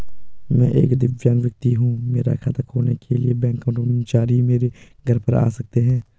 मैं एक दिव्यांग व्यक्ति हूँ मेरा खाता खोलने के लिए बैंक कर्मचारी मेरे घर पर आ सकते हैं?